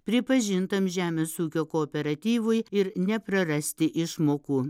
pripažintam žemės ūkio kooperatyvui ir neprarasti išmokų